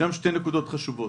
יש שתי נקודות חשובות.